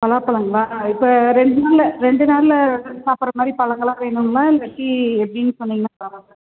பலாப்பழங்களா இப்போ ரெண்டு நாள் ரெண்டு நாளில் சாப்பிட்ற மாதிரி பழங்களா வேணுமா இன்றைக்கி எப்படின்னு சொன்னீங்கன்னால்